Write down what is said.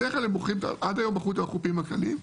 בדרך כלל עד היום בחרו את החופים הקלים.